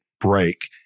break